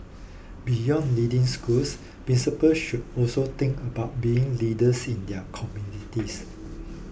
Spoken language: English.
beyond leading schools should also think about being leaders in communities